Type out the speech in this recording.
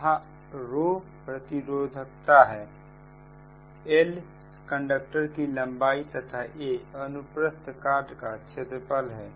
जहां प्रतिरोधकता हैlकंडक्टर की लंबाई तथा a अनुप्रस्थ काट का क्षेत्रफल है